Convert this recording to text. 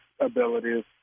abilities